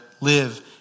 live